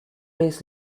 days